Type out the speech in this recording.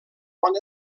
bon